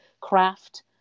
craft